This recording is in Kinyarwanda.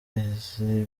izi